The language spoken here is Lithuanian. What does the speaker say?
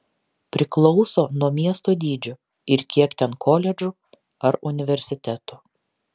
priklauso nuo miesto dydžio ir kiek ten koledžų ar universitetų